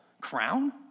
crown